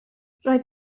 roedd